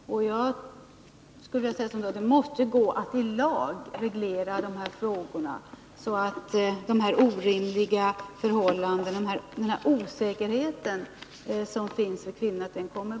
Jag skulle vilja säga att det måste vara möjligt att i lag reglera dessa frågor, så att de orimliga förhållandena och den osäkerhet som kvinnorna känner undanröjs.